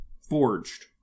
forged